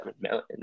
million